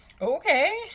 okay